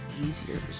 easier